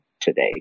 today